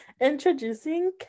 introducing